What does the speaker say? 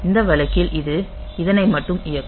இந்த வழக்கில் இது இதனை மட்டுமே இயக்கும்